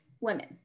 women